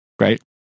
Right